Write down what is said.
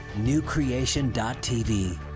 newcreation.tv